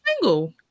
single